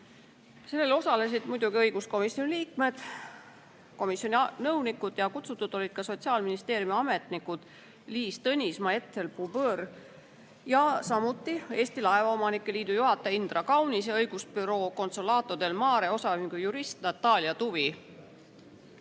Istungil osalesid muidugi õiguskomisjoni liikmed, komisjoni nõunikud ja kutsutud olid ka Sotsiaalministeeriumi ametnikud Liis Tõnismaa ja Ethel Bubõr, samuti Eesti Laevaomanike Liidu juhataja Indra Kaunis ja õigusbüroo Consolato del Mare OÜ jurist Natalja